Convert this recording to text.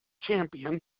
champion